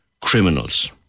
criminals